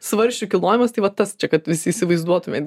svarsčių kilnojimas tai vat tas čia kad visi įsivaizduotumėt